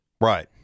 Right